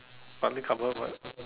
partly covered one